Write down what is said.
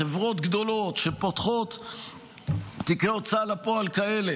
חברות גדולות שפותחות תיקי הוצאה לפועל כאלה,